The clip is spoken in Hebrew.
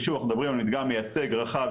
ושוב אנחנו מדברים על מדגם מיצג רחב,